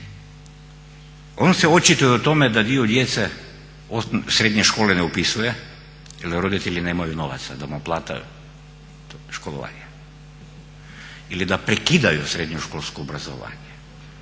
Ono se očituje u tome da dio djece srednje škole ne upisuje jer roditelji nemaju novaca da mu plate školovanje, ili da prekidaju srednjoškolsko obrazovanje,